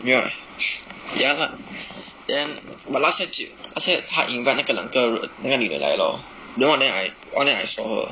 ya ya lah then but last year 就 last year 她 invite 那个两个人那个女的来 lor 然后 then I orh I saw her